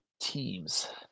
teams